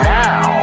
now